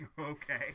okay